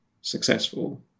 successful